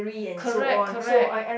correct correct